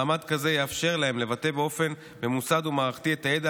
מעמד כזה יאפשר להם לבטא באופן ממוסד ומערכתי את הידע